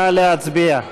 נא להצביע.